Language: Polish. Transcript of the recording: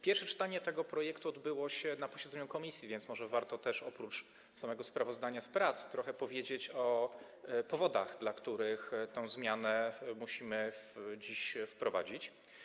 Pierwsze czytanie tego projektu odbyło się na posiedzeniu komisji, więc może warto oprócz samego sprawozdania z prac trochę powiedzieć o powodach, dla których tę zmianę musimy dziś wprowadzić.